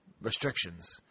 restrictions